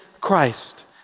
Christ